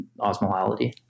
osmolality